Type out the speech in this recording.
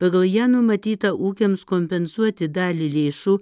pagal ją numatyta ūkiams kompensuoti dalį lėšų